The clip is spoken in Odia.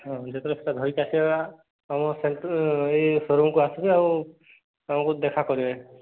ହଁ ଯେତେବେଳେ ସେଇଟା ଧରିକି ଆସିବେ ଆମ ଏଇ ଶୋରୁମ୍କୁ ଆସିବେ ଆଉ ଆମୁକୁ ଦେଖାକରିବେ